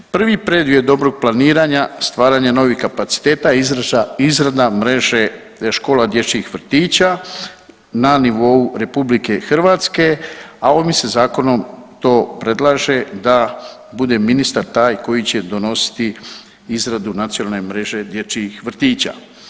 Prvi preduvjet dobrog planiranja i stvaranja novih kapaciteta je izrada mreže škola dječjih vrtića na nivou RH, a ovim se zakonom to predlaže da bude ministar taj koji će donositi izradu nacionalne mreže dječjih vrtića.